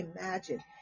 imagine